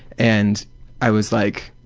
and i was like,